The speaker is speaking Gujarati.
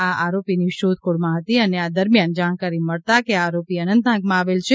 આ આરોપીની શોધ ખોળમાં હતી અને આ દરમ્યાન જાણકારી મળતા કે આ આરોપી અનંતનાગમાં આવેલ છે